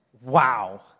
wow